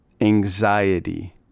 anxiety